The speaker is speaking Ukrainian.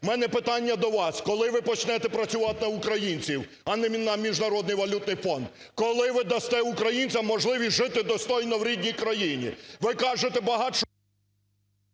У мене питання до вас: коли ви почнете працювати на українців, а не на Міжнародний валютний фонд? Коли ви дасте українцям можливість жити достойно в рідній країні? Ви кажете…